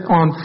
on